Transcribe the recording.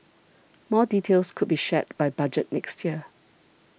more details could be shared by Budget next year